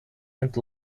and